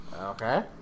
Okay